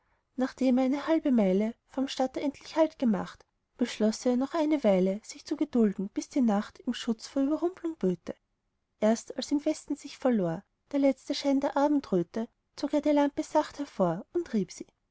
nachdem er eine halbe meile vorm stadttor endlich halt gemacht beschloß er noch für eine weile sich zu gedulden bis die nacht ihm schutz vor überrumplung böte erst als im westen sich verlor der letzte schein der abendröte zog er die lampe sacht hervor und rieb sie